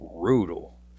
brutal